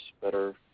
better